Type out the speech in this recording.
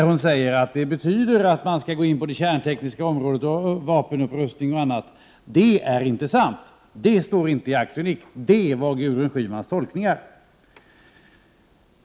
Hon sade att det betyder att man skall gå in på det kärntekniska området, vapenupprustning och annat. Det är inte sant — det står inte i Acte Unique. Det är Gudrun Schymans tolkning.